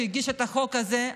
שהגיש את החוק הזה,